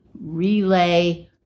relay